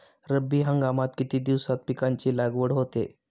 रब्बी हंगामात किती दिवसांत पिकांची लागवड होते?